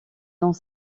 dans